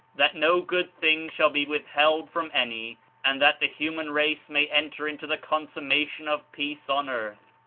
that no good thing shall be withheld from any and that the human race may enter into the consummation of peace on earth,